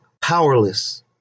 powerless